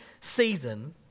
season